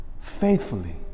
faithfully